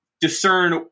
discern